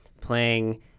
playing